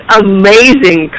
amazing